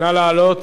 נא לעלות.